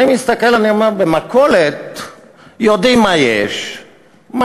אני מסתכל ואני אומר: במכולת יודעים מה יש לו,